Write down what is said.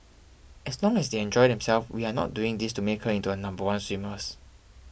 as long as they enjoy themselves we are not doing this to make her into a number one swimmers